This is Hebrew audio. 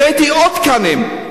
הבאתי עוד תקנים.